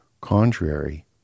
contrary